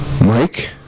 Mike